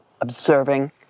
observing